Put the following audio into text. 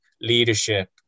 leadership